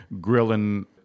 grilling